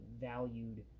valued